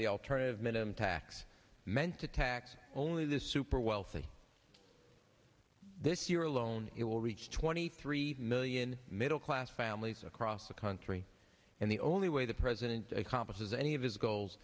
the alternative minimum tax meant to tax only the super wealthy this year alone it will reach twenty three million middle class families across the country and the only way the president accomplishes any of his goals